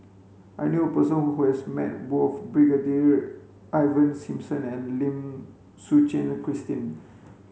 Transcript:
I knew person who has met both Brigadier Ivan Simson and Lim Suchen Christine